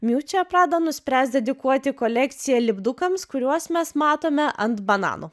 miučia prada nuspręs dedikuoti kolekciją lipdukams kuriuos mes matome ant bananų